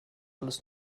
alles